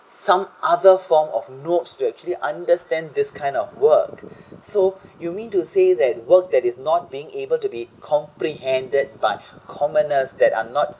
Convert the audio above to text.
some other form of notes to actually understand this kind of work so you mean to say that work that is not being able to be comprehended by commoners that or not